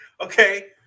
Okay